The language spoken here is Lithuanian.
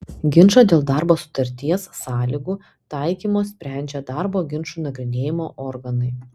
ginčą dėl darbo sutarties sąlygų taikymo sprendžia darbo ginčų nagrinėjimo organai